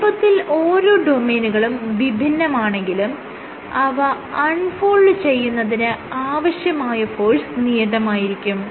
വലുപ്പത്തിൽ ഓരോ ഡൊമെയ്നുകളും വിഭിന്നമാണെങ്കിലും അവ അൺ ഫോൾഡ് ചെയ്യുന്നതിന് ആവശ്യമായ ഫോഴ്സ് നിയതമായിരിക്കും